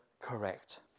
Correct